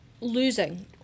losing